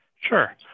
Sure